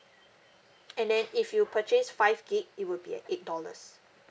and then if you purchase five gigabyte it would be at eight dollars